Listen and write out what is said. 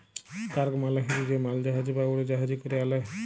cargo মালে হছে যে মালজাহাজ বা উড়জাহাজে ক্যরে আলে